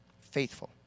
Faithful